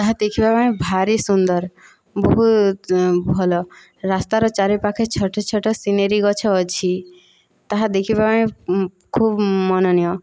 ଏହା ଦେଖିବା ପାଇଁ ଭାରି ସୁନ୍ଦର ବହୁତ ଭଲ ରାସ୍ତାର ଚାରି ପାଖେ ଛୋଟ ଛୋଟ ସିନେରୀ ଗଛ ଅଛି ତାହା ଦେଖିବା ପାଇଁ ଖୁବ ମନୋନୀୟ